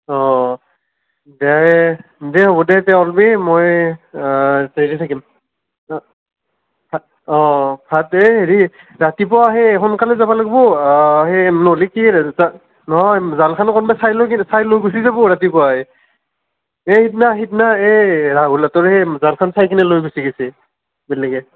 অঁ দে দে হ'ব দে তই ওলাবি মই হেইতে থাকিম অঁ ভাত যে হেৰি ৰাতিপুৱা হেই সোনকালে যাব লাগিব হেই নহ'লি কি আৰু তাত নহয় জালখন কোনোবাই চাই লৈ কিন্তু উঠাই লৈ গুচি যাব ৰাতিপুৱাই এই সিদিনা সিদিনা এই ৰাহুলহঁতৰ হেই জালখন চাই কিনে লৈ গুচি গেছে বেলেগে